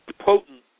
potent